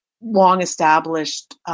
long-established